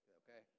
okay